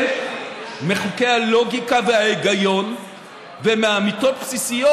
מחוקי הלוגיקה וההיגיון ומאמיתות בסיסיות.